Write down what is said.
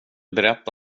berätta